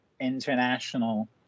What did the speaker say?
international